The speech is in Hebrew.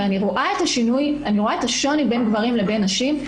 ואני רואה את השוני בין גברים לבין נשים.